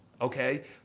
okay